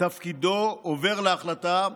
תפקידו עובר להחלטה,